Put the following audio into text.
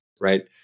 right